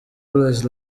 always